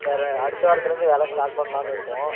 sir அடுத்த வாரத்துலேருந்து வேலையை ஸ்டார்ட் பண்ணலாம்னு இருக்கோம்